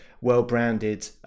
well-branded